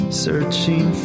searching